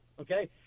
okay